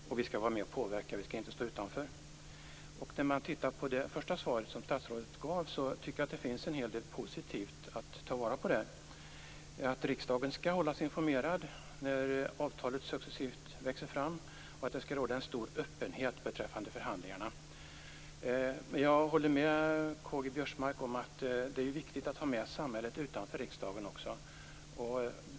Vi skall också vara med och påverka, inte stå utanför. I statsrådets första svar tycker jag att det finns en hel del positivt att ta vara på, t.ex. att riksdagen skall hållas informerad när avtalet successivt växer fram och att det skall råda en stor öppenhet beträffande förhandlingarna. Men jag håller med K-G Biörsmark om att det är viktigt att också ha med samhället utanför riksdagen.